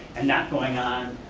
and not going on,